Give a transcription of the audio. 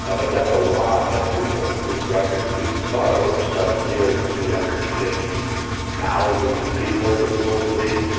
ah but that's a lot of people whose records are being sought over seven years three hundred and fifty thousand people presumably,